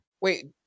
Wait